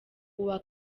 uwa